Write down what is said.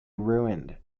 ruined